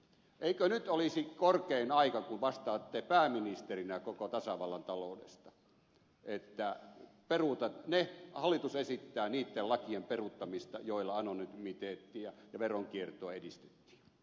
eikö nyt olisi korkea aika kun vastaatte pääministerinä koko tasavallan taloudesta että hallitus esittää niitten lakien peruuttamista joilla anonymiteettia ja veronkiertoa edistettiin